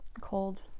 Cold